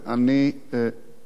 רוצה שאתה תהיה סגני.